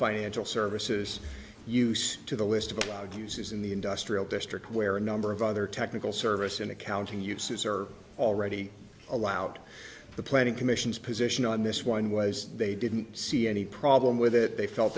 financial services use to the list of about abuses in the industrial district where a number of other technical service and accounting uses are already allowed the planning commission's position on this one was they didn't see any problem with it they felt